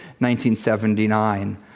1979